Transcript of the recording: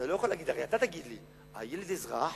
אתה לא יכול להגיד, הרי אתה תגיד לי: הילד אזרח